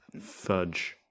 fudge